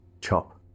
Chop